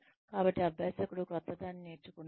కాబట్టి అభ్యాసకుడు క్రొత్తదాన్ని నేర్చుకున్నాడు